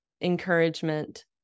encouragement